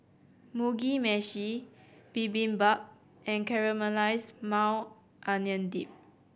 Mugi Meshi Bibimbap and Caramelized Maui Onion Dip